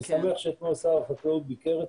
אני שמח שאתמול שר החקלאות ביקר אצלי.